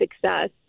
success